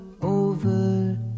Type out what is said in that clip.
over